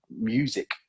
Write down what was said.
music